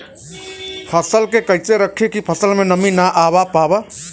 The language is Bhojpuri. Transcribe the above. फसल के कैसे रखे की फसल में नमी ना आवा पाव?